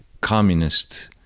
communist